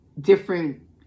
different